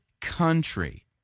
country